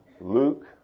Luke